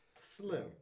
Slim